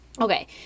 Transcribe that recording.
Okay